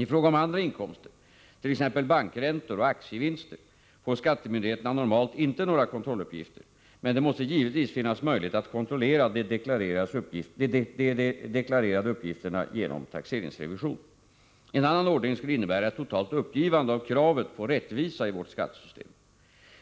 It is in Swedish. I fråga om andra inkomster, t.ex. bankräntor och aktievinster, får skattemyndigheterna normalt inte några kontrolluppgifter, men det måste givetvis finnas möjlighet att kontrollera de deklarerade uppgifterna genom taxeringsrevision. En annan ordning skulle innebära ett totalt uppgivande av kravet på rättvisa i vårt skattesystem.